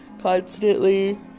constantly